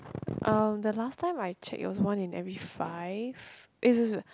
um the last time I checked it was one in every five eh sorry sorry sorry